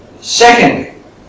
Secondly